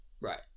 Right